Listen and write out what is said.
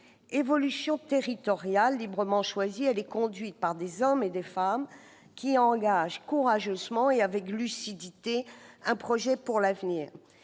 Évolution territoriale librement choisie, elle est conduite par des hommes et des femmes qui engagent courageusement, et avec lucidité, un projet pour l'avenir.